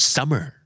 Summer